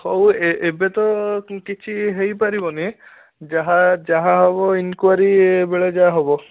ହଉ ଏବେ ତ କିଛି ହେଇ ପାରିବନି ଯାହା ଯାହା ହେବ ଇନକ୍ଵାରୀ ବେଳେ ଯାହା ହେବ